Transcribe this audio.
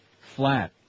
Flat